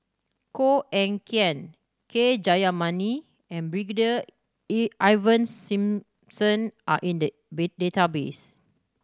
Koh Eng Kian K Jayamani and Brigadier Ivan Simson are in the database